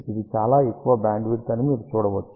ఇది చాలా ఎక్కువ బ్యాండ్విడ్త్ అని మీరు చూడవచ్చు